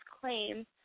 claim